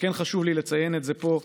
וכן חשוב לי לציין פה,